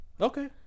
Okay